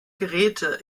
geräte